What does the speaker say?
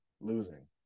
losing